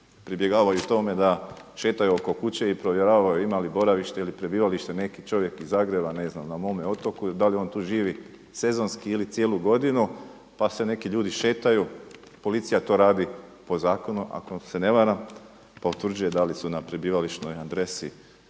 pribjegavaju tome da šetaju oko kuće i provjeravaju ima li boravište ili prebivalište neki čovjek iz Zagreba na mome otoku, da li on tu živi sezonski ili cijelu godinu. Pa se neki ljudi šetaju, pozicija to radi po zakonu, ako se ne varam, pa utvrđuju da li su na prebivališnoj adresi